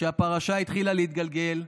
כשהפרשה התחילה להתגלגל,